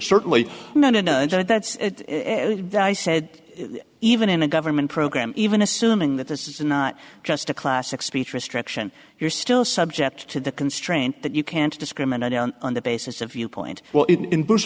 certainly not to know that that's said even in a government program even assuming that this is not just a classic speech restriction you're still subject to the constraint that you can't discriminate on the basis of viewpoint